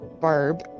Barb